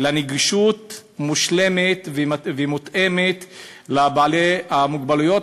לנגישות מושלמת ומותאמת לבעלי המוגבלויות.